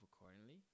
accordingly